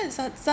sud~